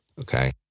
okay